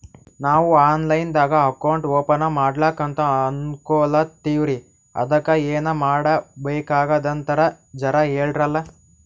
ನಾವು online ದಾಗ account open ಮಾಡ್ಲಕಂತ ಅನ್ಕೋಲತ್ತೀವ್ರಿ ಅದಕ್ಕ ಏನ ಮಾಡಬಕಾತದಂತ ಜರ ಹೇಳ್ರಲ?